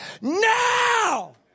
now